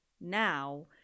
now